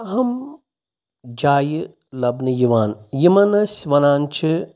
اَہم جایہِ لَبنہٕ یِوان یِمن أسۍ وَنان چھِ